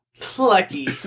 Plucky